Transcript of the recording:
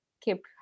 keep